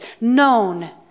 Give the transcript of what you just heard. known